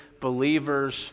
believer's